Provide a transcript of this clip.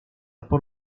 por